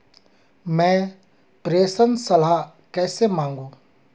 मैं प्रेषण सलाह कैसे मांगूं?